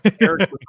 Eric